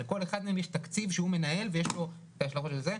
לכל אחד מהם יש תקציב שהוא מנהל ויש לו את ההשלכות של זה.